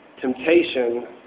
temptation